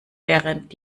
während